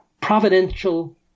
providential